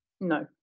No